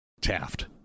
Taft